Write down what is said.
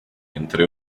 entre